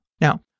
Now